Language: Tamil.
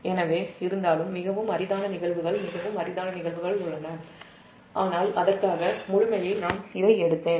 எனவேமிகவும் அரிதான நிகழ்வுகள் உள்ளன ஆனால் அதற்காக முழுமையை நான் இதை எடுத்தேன்